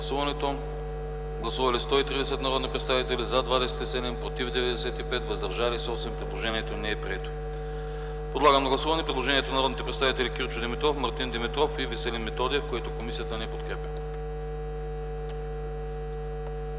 не подкрепя. Гласували 130 народни представители: за 27, против 95, въздържали се 8. Предложението не е прието. Подлагам на гласуване предложението на народните представители Кирчо Димитров, Мартин Димитров и Веселин Методиев, което комисията не подкрепя.